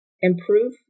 improve